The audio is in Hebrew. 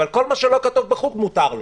אבל כל מה שלא כתוב בחוק מותר לו.